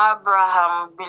Abraham